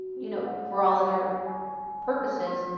you know, for all other purposes,